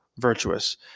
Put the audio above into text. virtuous